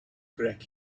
greg